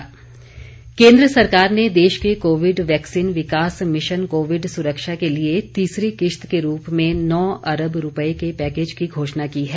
Covid vaccine केंद्र सरकार ने देश के कोविड वैक्सीन विकास मिशन कोविड सुरक्षा के लिए तीसरी किश्त के रूप में नौ अरब रुपये के पैकेज की घोषणा की है